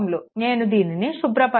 నేను దీనిని శుభ్రపరుస్తాను